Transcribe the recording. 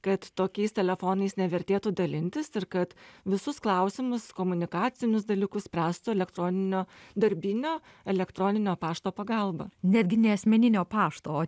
kad tokiais telefonais nevertėtų dalintis ir kad visus klausimus komunikacinius dalykus pręstų elektroninio darbinio elektroninio pašto pagalba netgi ne asmeninio pašto o